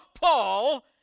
Paul